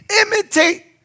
imitate